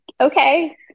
okay